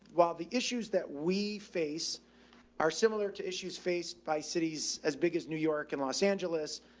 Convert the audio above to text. while the issues that we face are similar to issues faced by cities as big as new york and los angeles,